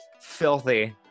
Filthy